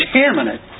contaminant